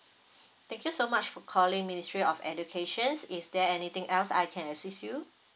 thank you so much for calling ministry of education is there anything else I can assist you